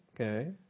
Okay